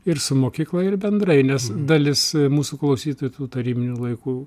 ir su mokykla ir bendrai nes dalis mūsų klausytojų tų tarybinių laikų